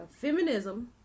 feminism